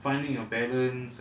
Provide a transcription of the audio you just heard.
do you know the whole of